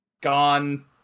gone